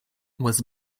was